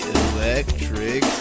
electric